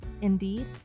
indeed